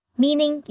meaning